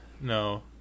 no